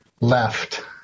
left